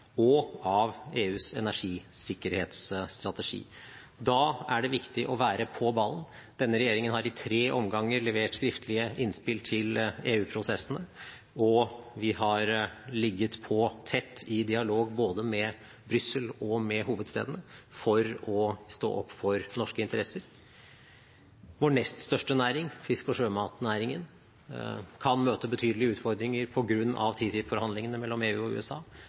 og av EUs energisikkerhetsstrategi. Da er det viktig å være på ballen. Denne regjeringen har i tre omganger levert skriftlige innspill til EU-prosessene, og vi har ligget i tett dialog både med Brussel og med hovedstedene for å stå opp for norske interesser. Vår nest største næring, fiskeri- og sjømatnæringen, kan møte betydelige utfordringer på grunn av TTIP-forhandlingene mellom EU og USA.